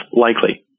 likely